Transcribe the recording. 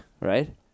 right